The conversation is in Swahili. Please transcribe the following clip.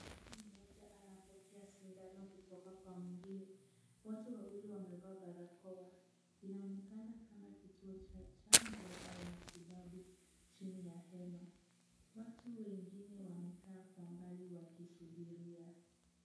Mtu mmoja anapokea sindano kutoka kwa mwingine. Watu wawili wamevaa barakoa. Inaonekana kama kituo cha chanjo au matibabu chini ya hema. Watu wengine wamekaa kwa mbali wakisubiria.